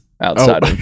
outside